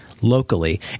Locally